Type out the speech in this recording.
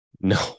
No